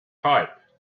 pipe